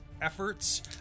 efforts